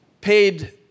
paid